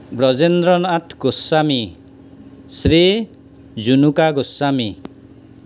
Bajendranath Goswami Shri Junuka Goswami